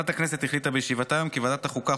ועדת הכנסת החליטה בישיבתה היום כי ועדת החוקה,